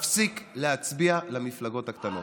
תפסיק להצביע למפלגות הקטנות,